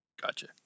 gotcha